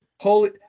Holy –